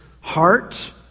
heart